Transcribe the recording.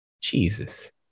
jesus